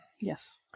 Yes